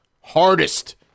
hardest